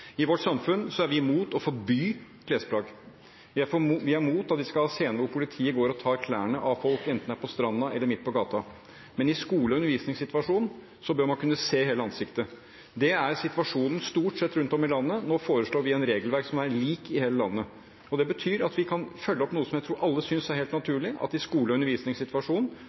I vårt samfunn er vi imot å forby klesplagg. Vi er imot at vi skal ha scener hvor politiet går og tar klærne av folk, enten det er på stranda eller midt på gata. Men i en skole- og undervisningssituasjon bør man kunne se hele ansiktet. Det er situasjonen, stort sett, rundt om i landet. Nå foreslår vi et regelverk som er likt i hele landet, og det betyr at vi kan følge opp noe som jeg tror alle synes er helt naturlig, at i en skole- og